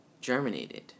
germinated